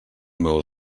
meu